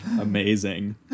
Amazing